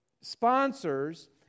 sponsors